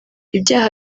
ibyaha